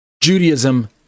Judaism